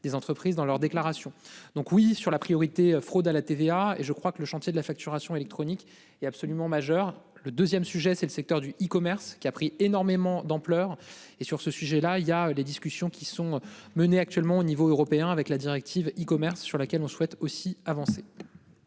des entreprises dans leur déclaration. Donc oui sur la priorité. Fraude à la TVA et je crois que le chantier de la facturation électronique est absolument majeur le 2ème sujet c'est le secteur du E-commerce qui a pris énormément d'ampleur et sur ce sujet-là, il y a des discussions qui sont menées actuellement au niveau européen avec la directive E-commerce sur laquelle on souhaite aussi avancer.